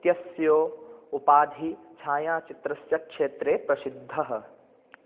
इत्यस्य उपाधिः छायाच्चित्रस्य क्षेत्रे प्रसिद्धः